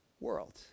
world